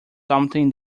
something